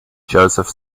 joseph